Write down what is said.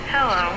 Hello